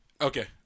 okay